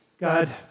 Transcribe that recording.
God